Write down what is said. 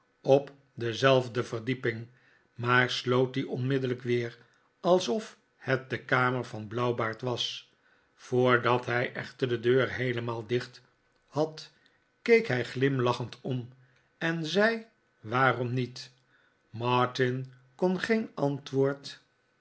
op dezelfde verdieping maar sloot die onmiddellijk weer alsof het de kamer van blauwbaard was voordat hij echter de deur heelemaal dicht had keek hij glimlachend om en zei waarom niet martin kon geen antwoord